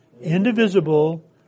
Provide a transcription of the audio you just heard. indivisible